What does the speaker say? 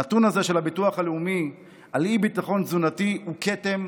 הנתון הזה של הביטוח הלאומי על אי-ביטחון תזונתי הוא כתם,